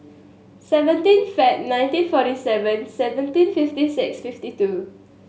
seventeen Feb nineteen forty seven seventeen fifty six fifty two